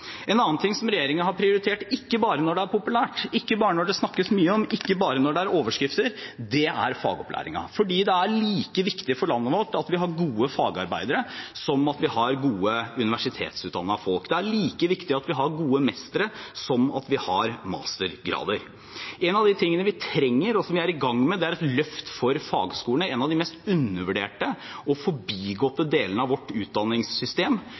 En annen ting som regjeringen har prioritert, ikke bare når det er populært, ikke bare når det snakkes mye om, ikke bare når det er overskrifter, er fagopplæringen, for det er like viktig for landet vårt at vi har gode fagarbeidere som at vi har gode universitetsutdannede folk. Det er like viktig at vi har gode mestere som at vi har mastergrader. En av de tingene vi trenger, og som vi er i gang med, er et løft for fagskolene, en av de aller mest undervurderte og forbigåtte delene av vårt utdanningssystem.